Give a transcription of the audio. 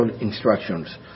instructions